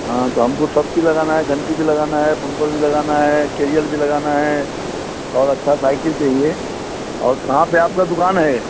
हाँ तो हमको सब चीज़ लगाना है घंटी भी लगाना है बम्पर भी लगाना है कैरियल भी लगाना है और अच्छी साइकिल चाहिए और कहाँ पर आपकी दुकान है